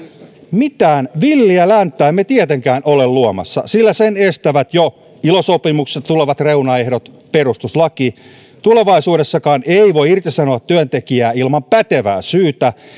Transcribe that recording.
mitään villiä länttä emme tietenkään ole luomassa sillä sen estävät jo ilo sopimuksista tulevat reunaehdot ja perustuslaki tulevaisuudessakaan ei voi irtisanoa työntekijää ilman pätevää syytä